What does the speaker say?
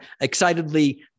excitedly